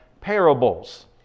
parables